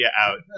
out